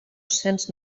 cents